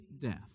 death